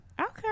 Okay